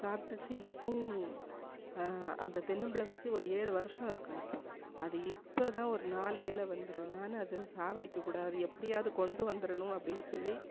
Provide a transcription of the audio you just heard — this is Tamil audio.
சாப்பிட்டாச்சி இப்போவும் அந்த தென்னம்பிள்ளை வச்சு ஒரு ஏழு வருஷம் இருக்கும் இப்போ அது இப்போ தான் ஒரு நாலு இல வந்துருக்கு நான் அதை சாவடிக்க கூடாது எப்படியாவது கொண்டு வந்தரணும் அப்படின் சொல்லி